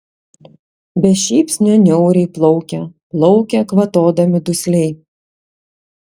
be šypsnio niauriai plaukia plaukia kvatodami dusliai